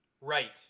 Right